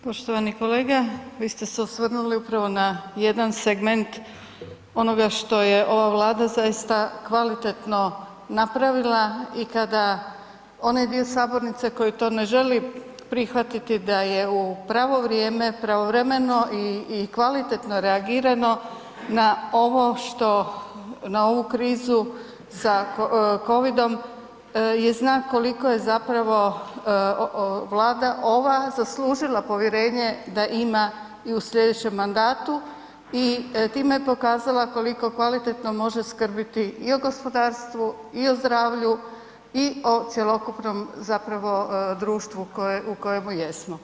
Poštovani kolega, vi ste se osvrnuli upravo na jedan segment onoga što je ova Vlada zaista kvalitetno napravila i kada onaj dio sabornice koji to ne želi prihvatiti da je u pravo vrijeme, pravovremeno i kvalitetno reagirano na ovo što, na ovu krizu sa Covidom je znak koliko je zapravo Vlada ova zaslužila povjerenje da ima i u slijedećem mandatu i time je pokazala koliko kvalitetno može skrbi i o gospodarstvu i o zdravlju i o cjelokupnom zapravo društvu u kojemu jesmo.